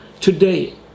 today